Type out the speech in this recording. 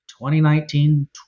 2019